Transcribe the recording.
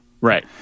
Right